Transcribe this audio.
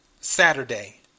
Saturday